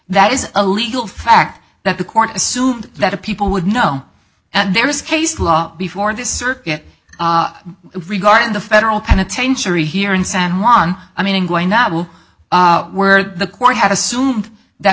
that is a legal fact that the court assumed that people would know and there is case law before the circuit regarding the federal penitentiary here in san juan i mean in going that will where the court had assumed that